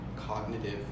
cognitive